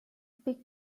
big